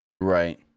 Right